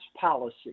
policy